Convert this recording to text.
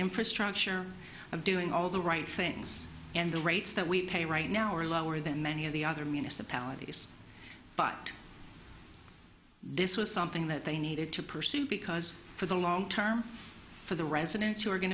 infrastructure of doing all the right things and the rates that we pay right now are lower than many of the other municipalities but this was something that they needed to pursue because for the long term for the residents who are going